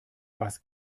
was